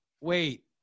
wait